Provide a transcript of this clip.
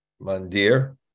Mandir